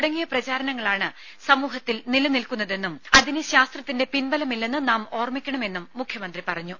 തുടങ്ങി പ്രചാരണങ്ങളാണ് സമൂഹത്തിൽ നിലനിൽക്കുന്നതെന്നും അതിന് ശാസ്ത്രത്തിന്റെ പിൻബലമില്ലെന്ന് നാം ഓർമിക്കണമെന്നും മുഖ്യമന്ത്രി പറഞ്ഞു